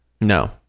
No